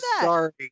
sorry